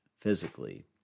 physically